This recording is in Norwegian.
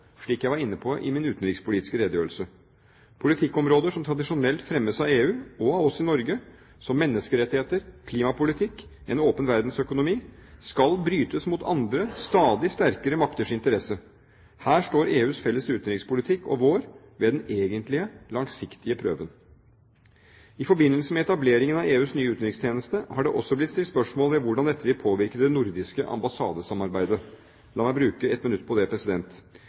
slik jeg var inne på i min utenrikspolitiske redegjørelse. Politikkområder som tradisjonelt fremmes av EU, og av oss i Norge, som menneskerettigheter, klimapolitikk, en åpen verdensøkonomi, skal brytes mot andre, stadig sterkere makters interesser. Her står EUs felles utenrikspolitikk – og vår – ved den egentlige, langsiktige prøven. I forbindelse med etableringen av EUs nye utenrikstjeneste har det også blitt stilt spørsmål ved hvordan dette vil påvirke det nordiske ambassadesamarbeidet. La meg bruke ett minutt på det: